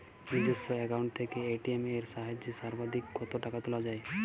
নিজস্ব অ্যাকাউন্ট থেকে এ.টি.এম এর সাহায্যে সর্বাধিক কতো টাকা তোলা যায়?